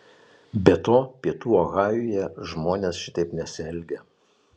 be to pietų ohajuje žmonės šitaip nesielgia